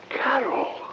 Carol